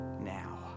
now